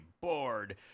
bored